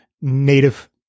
Native